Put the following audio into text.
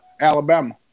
Alabama